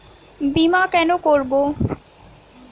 বিমা কেন করব?